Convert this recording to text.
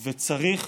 וצריך,